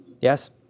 Yes